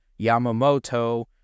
Yamamoto